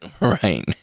Right